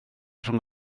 rhwng